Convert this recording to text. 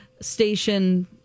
station